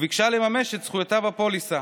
וביקשה לממש את זכויותיו בפוליסה.